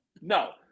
no